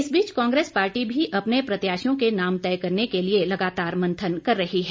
इस बीच कांग्रेस पार्टी भी अपने प्रत्याशियों के नाम तय करने के लिए लगातार मंथन कर रही है